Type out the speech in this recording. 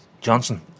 Johnson